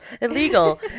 illegal